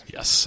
Yes